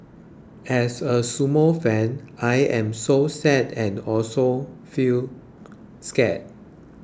as a sumo fan I am so sad and also feel scared